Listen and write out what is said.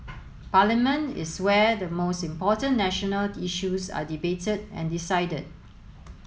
parliament is where the most important national issues are debated and decided